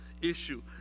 issue